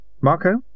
Marco